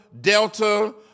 Delta